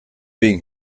being